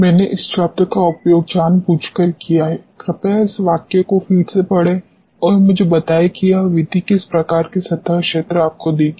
मैंने इस शब्द का उपयोग जानबूझकर किया है कृपया इस वाक्य को फिर से पढ़ें और मुझे बताएं कि यह विधि किस प्रकार की सतह क्षेत्र आपको देगी